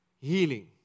Healing